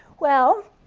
well,